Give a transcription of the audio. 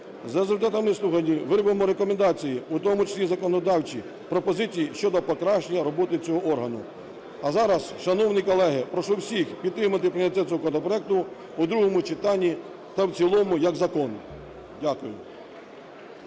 За результатами слухань виробимо рекомендації, в тому числі законодавчі пропозиції щодо покращення роботи цього органу. А зараз, шановні колеги, прошу всіх підтримати прийняття цього законопроекту в другому читанні та в цілому як закон. Дякую.